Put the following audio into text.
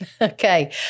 okay